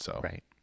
Right